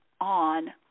on